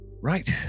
Right